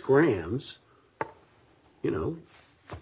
grahams you know